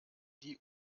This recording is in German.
die